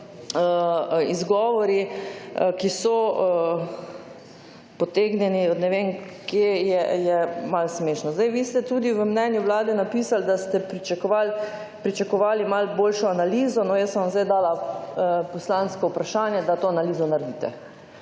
izgovori, ki so potegnjeni od ne vem kje, je malo smešno. Zdaj vi ste tudi v mnenju vlade napisali, da ste pričakovali malo boljšo analizo. No, jaz sem vam zdaj dala poslansko vprašanje, da to analizo naredite.